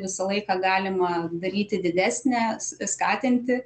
visą laiką galima daryti didesnę skatinti